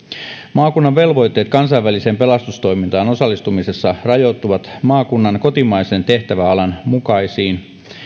maakunnan velvoitteet kansainväliseen pelastustoimintaan osallistumisessa rajoittuvat maakunnan kotimaisen tehtäväalan mukaisiin